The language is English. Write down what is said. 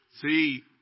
See